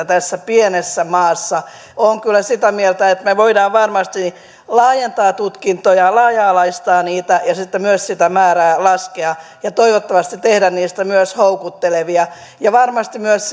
tässä pienessä maassa olen kyllä sitä mieltä että me voimme varmasti laajentaa tutkintoja laaja alaistaa niitä ja sitten myös sitä määrää laskea ja toivottavasti tehdä niistä myös houkuttelevia varmasti myös